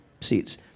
seats